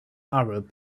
arab